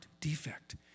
defect